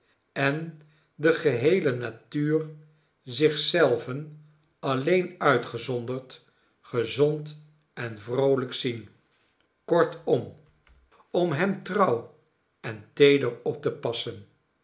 en de geheele natuur zich zelven alleen uitgezonderd gezond en vroolijk zien kortom om hem nelly trouw en teeder op te passen